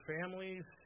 families